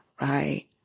right